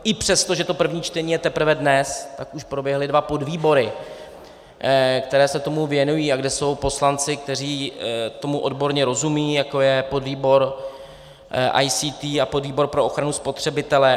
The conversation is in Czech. I přesto, že to první čtení je teprve dnes, tak už proběhly dva podvýbory, které se tomu věnují a kde jsou poslanci, kteří tomu odborně rozumějí, jako je podvýbor ICT a podvýbor pro ochranu spotřebitele.